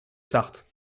sarthe